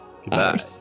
Goodbye